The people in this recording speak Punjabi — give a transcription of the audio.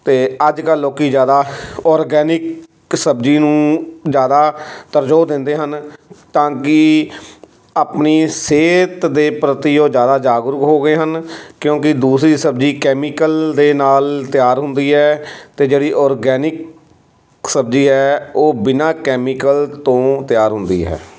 ਅਤੇ ਅੱਜ ਕੱਲ੍ਹ ਲੋਕ ਜ਼ਿਆਦਾ ਔਰਗੈਨਿਕ ਸਬਜ਼ੀ ਨੂੰ ਜ਼ਿਆਦਾ ਤਰਜੋ ਦਿੰਦੇ ਹਨ ਤਾਂ ਕਿ ਆਪਣੀ ਸਿਹਤ ਦੇ ਪ੍ਰਤੀ ਉਹ ਜ਼ਿਆਦਾ ਜਾਗਰੂਕ ਹੋ ਗਏ ਹਨ ਕਿਉਂਕਿ ਦੂਸਰੀ ਸਬਜ਼ੀ ਕੈਮੀਕਲ ਦੇ ਨਾਲ ਤਿਆਰ ਹੁੰਦੀ ਹੈ ਅਤੇ ਜਿਹੜੀ ਔਰਯਗੈਨਿਕ ਸਬਜ਼ੀ ਹੈ ਉਹ ਬਿਨਾਂ ਕੈਮੀਕਲ ਤੋਂ ਤਿਆਰ ਹੁੰਦੀ ਹੈ